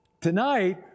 Tonight